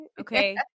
okay